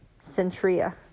Centria